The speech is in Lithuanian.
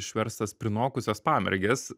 išverstas prinokusios pamergės